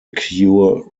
cure